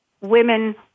Women